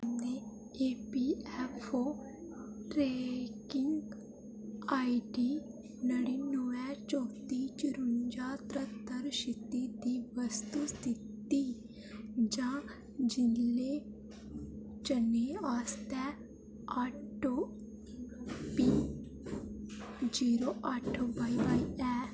तुं'दे APFO tracking ID नडीनुऐ चौत्ती चरुंजा तेहत्तर छित्ती दी वस्तु स्थिति जां जिले चने आस्तै आटोपी जीरो अट्ठ बाई ऐ